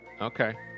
Okay